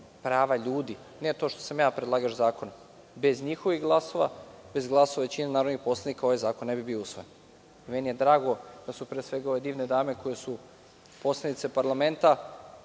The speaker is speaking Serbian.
prava ljudi, ne to što sam ja predlagač zakona, bez njihovih glasova, bez glasova većine narodnih poslanika ovaj zakon ne bi bio usvojen. Meni je drago da su, pre svega, ove divne dame koje su poslanice parlamenta,